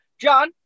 John